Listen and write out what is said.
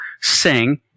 sing